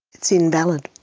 it's invalid.